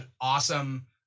Awesome